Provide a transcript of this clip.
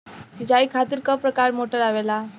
सिचाई खातीर क प्रकार मोटर आवेला?